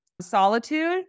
solitude